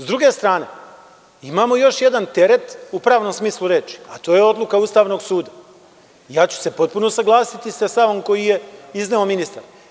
S druge strane, imamo još jedan teret u pravnom smislu reči, a to je odluka Ustavnog suda, ja ću se potpuno usaglasiti sa stavom koji je izneo ministar.